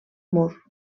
mur